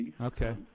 Okay